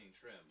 trim